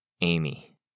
Amy